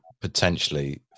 potentially